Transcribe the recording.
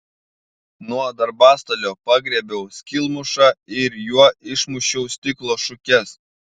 nuo darbastalio pagriebiau skylmušą ir juo išmušiau stiklo šukes